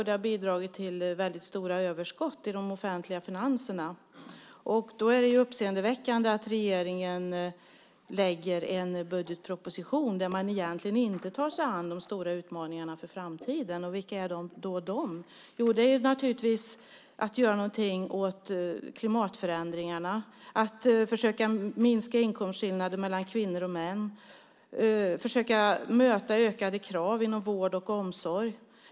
Det har bidragit till stora överskott i de offentliga finanserna. Då är det uppseendeväckande att regeringen lägger fram en budgetproposition där man egentligen inte tar sig an de stora utmaningarna för framtiden. Vilka är då de? Det är naturligtvis att göra något åt klimatförändringarna, att försöka minska inkomstskillnaderna mellan kvinnor och män och att försöka möta ökade krav inom vård och omsorg.